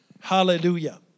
Hallelujah